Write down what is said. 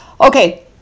okay